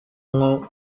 nko